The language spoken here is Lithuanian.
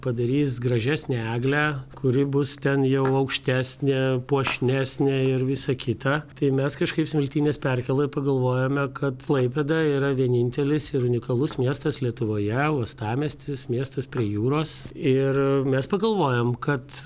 padarys gražesnę eglę kuri bus ten jau aukštesnė puošnesnė ir visa kita tai mes kažkaip smiltynės perkėloj pagalvojome kad klaipėda yra vienintelis ir unikalus miestas lietuvoje uostamiestis miestas prie jūros ir mes pagalvojom kad